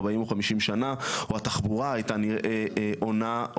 40 או 50 שנה או התחבורה הייתה נראית אחרת,